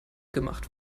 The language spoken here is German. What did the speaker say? gemacht